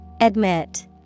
Admit